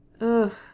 Ugh